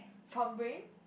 from brain